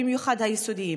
במיוחד היסודיים.